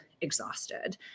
exhausted